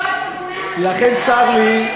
לא ארגוני הנשים.